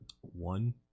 One